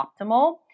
optimal